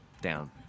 Down